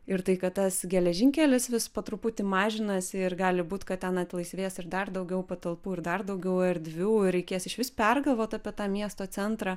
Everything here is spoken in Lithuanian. ir tai kad tas geležinkelis vis po truputį mažinasi ir gali būt kad ten atlaisvės ir dar daugiau patalpų ir dar daugiau erdvių ir reikės išvis pergalvot apie tą miesto centrą